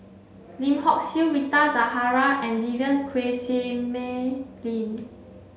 Lim Hock Siew Rita Zahara and Vivien Quahe Seah Mei Lin